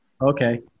Okay